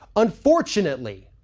unfortunately,